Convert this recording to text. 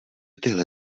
tyhle